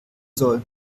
soll